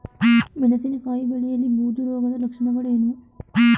ಮೆಣಸಿನಕಾಯಿ ಬೆಳೆಯಲ್ಲಿ ಬೂದು ರೋಗದ ಲಕ್ಷಣಗಳೇನು?